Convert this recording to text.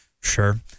Sure